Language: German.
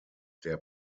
der